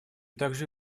также